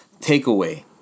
takeaway